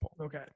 Okay